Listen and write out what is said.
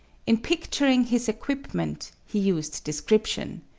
in picturing his equipment he used description.